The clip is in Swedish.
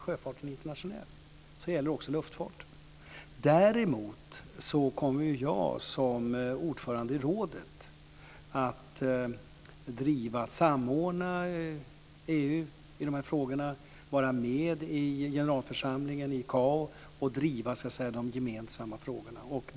Sjöfarten är internationell, och det gäller även luftfarten. Däremot kommer jag som ordförande i rådet att samordna EU i de här frågorna och vara med i generalförsamlingen i ICAO och driva de gemensamma frågorna.